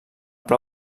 pla